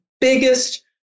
biggest